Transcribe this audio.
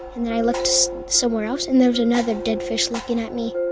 and then i looked somewhere else, and there was another dead fish looking at me.